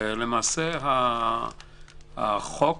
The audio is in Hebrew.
למעשה החוק